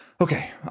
Okay